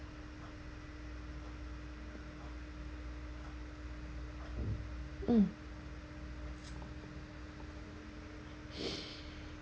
mm